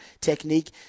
technique